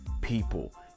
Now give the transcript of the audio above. people